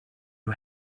you